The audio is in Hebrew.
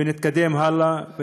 ונתקדם הלאה.